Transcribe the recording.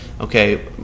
okay